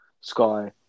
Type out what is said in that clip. Sky